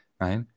right